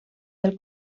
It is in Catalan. del